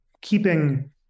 keeping